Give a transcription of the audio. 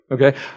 okay